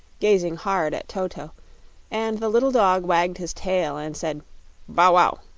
gazing hard at toto and the little dog wagged his tail and said bow-wow!